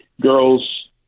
girls